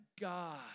God